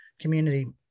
community